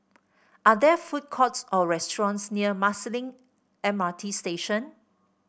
are there food courts or restaurants near Marsiling M R T Station